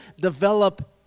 develop